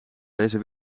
deze